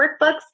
workbooks